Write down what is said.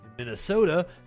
Minnesota